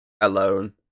alone